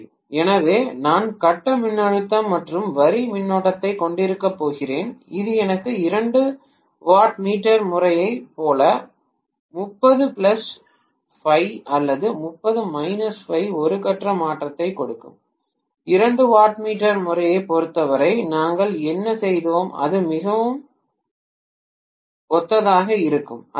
எனவே நான் கட்ட மின்னழுத்தம் மற்றும் வரி மின்னோட்டத்தைக் கொண்டிருக்கப் போகிறேன் இது எனக்கு 2 வாட் மீட்டர் முறையைப் போல 30 Φ அல்லது 30 - Φ ஒரு கட்ட மாற்றத்தைக் கொடுக்கும் 2 வாட் மீட்டர் முறையைப் பொறுத்தவரை நாங்கள் என்ன செய்தோம் அது மிகவும் ஒத்ததாக இருக்கும் அதற்கு